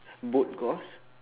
boat course